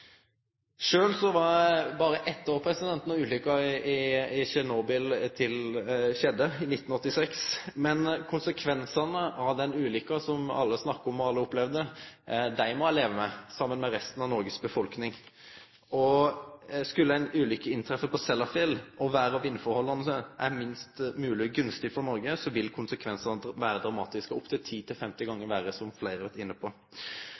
var eg berre eitt år då ulykka i Tsjernobyl skjedde, i 1986. Men konsekvensane av den ulykka, som alle snakka om og alle opplevde, må eg leve med saman med resten av Noregs befolkning. Skulle ei ulykke skje på Sellafield, og vêr- og vindforhold er minst mogleg gunstige for Noreg, vil konsekvensane vere dramatiske – opptil 10–50 gonger verre, som fleire har vore inne på.